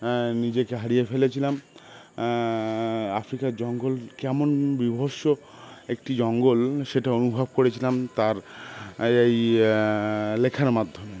নিজেকে হারিয়ে ফেলেছিলাম আফ্রিকার জঙ্গল কেমন বীভৎস একটি জঙ্গল সেটা অনুভব করেছিলাম তার এই এই লেখার মাধ্যমে